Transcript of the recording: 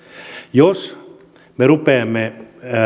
jos me rupeamme